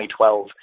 2012